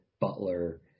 Butler